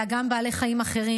אלא גם בעלי חיים אחרים,